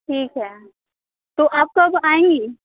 ठीक है तो आप कब आएँगी